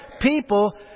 people